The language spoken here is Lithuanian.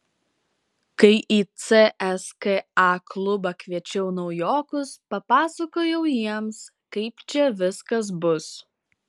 kai į cska klubą kviečiau naujokus papasakojau jiems kaip čia viskas bus